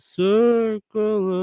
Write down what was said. circle